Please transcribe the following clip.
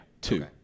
two